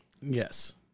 Yes